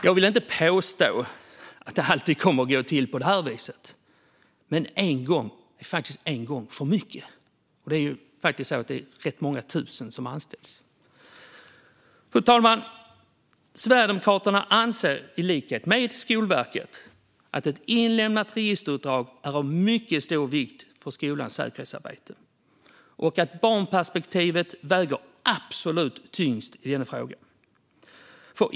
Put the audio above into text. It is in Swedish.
Jag vill inte påstå att det alltid kommer att gå till på det här viset, men en gång är faktiskt en gång för mycket, och det är rätt många tusen personer som anställs. Fru talman! Sverigedemokraterna anser i likhet med Skolverket att ett inlämnat registerutdrag är av mycket stor vikt för skolans säkerhetsarbete och att barnperspektivet väger absolut tyngst i denna fråga.